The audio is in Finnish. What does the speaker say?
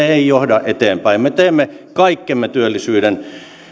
ei johda eteenpäin me teemme kaikkemme työllisyyden